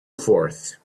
forth